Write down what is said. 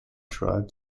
drive